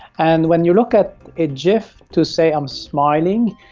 and when you look at a gif to say i'm smiling,